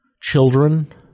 Children